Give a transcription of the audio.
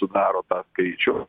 sudaro tą skaičių